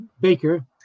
baker